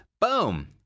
Boom